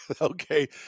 Okay